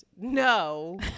no